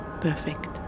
perfect